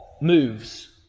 Moves